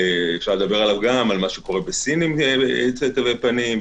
אפשר לדבר על מה שקורה בסין עם תווי פנים,